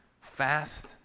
fast